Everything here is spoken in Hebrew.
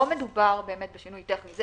לא מדובר באמת בשינוי טכני.